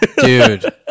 dude